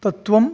तत्वं